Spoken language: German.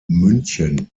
münchen